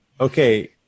okay